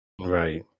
Right